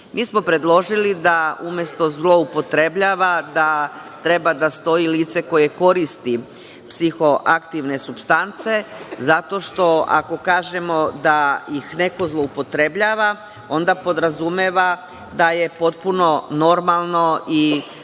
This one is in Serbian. smo predložili da umesto „zloupotrebljava“ treba da stoji „lice koje koristi psihoaktivne supstance“, zato što ako kažemo da ih neko zloupotrebljava, onda podrazumeva da je potpuno normalno dozvoljeno